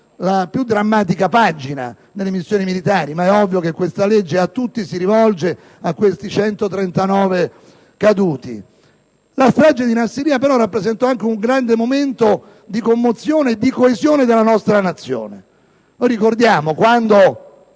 la più drammatica pagina delle missioni militari, ma è ovvio che questo disegno di legge si rivolge a tutti i 139 caduti. La strage di Nassiriya però rappresentò anche un grande momento di commozione e coesione della nostra Nazione. Ricordiamo che quando